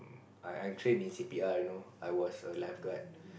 I I'm trained in C_P_R you know I was a lifeguard